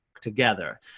together